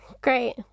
Great